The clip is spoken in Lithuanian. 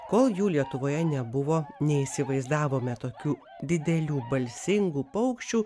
kol jų lietuvoje nebuvo neįsivaizdavome tokių didelių balsingų paukščių